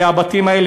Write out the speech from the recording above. והבתים האלה,